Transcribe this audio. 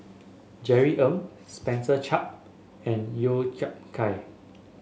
Jerry Ng Spencer Chapman and Chiap Khai